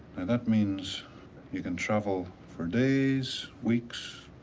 and that means you can travel for days, weeks,